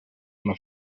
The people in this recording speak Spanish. una